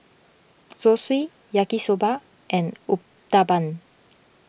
Zosui Yaki Soba and Uthapam